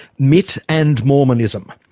mitt and mormonism.